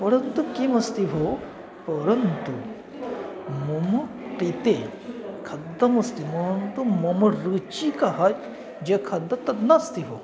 परन्तु किमस्ति भोः परन्तु मम कृते खाद्यमस्ति मम तु मम रुचिः ये खाद्यं तत् नास्ति भोः